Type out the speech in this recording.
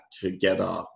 together